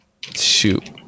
Shoot